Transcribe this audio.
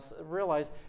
realize